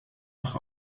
nach